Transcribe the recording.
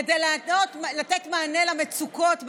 כדי לתת מענה למצוקות בקורונה,